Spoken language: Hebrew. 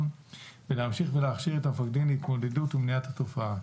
ולהמשיך ולהכשיר את המפקדים להתמודדות ולמניעת התופעה.